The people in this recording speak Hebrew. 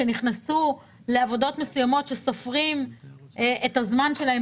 שנכנסו לעבודות מסוימות וסופרים את הזמן שלהם